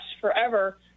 forever